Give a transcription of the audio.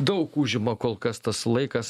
daug užima kol kas tas laikas